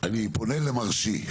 אני פונה למרשי,